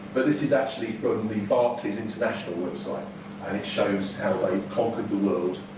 but this is actually from the barclays international website and it shows how they conquered the world